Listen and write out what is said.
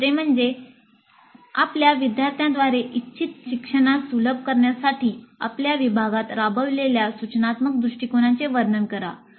२ आपल्या विद्यार्थ्यांद्वारे इच्छित शिक्षणास सुलभ करण्यासाठी आपल्या विभागात राबविलेल्या सूचनात्मक दृष्टिकोनांचे वर्णन करा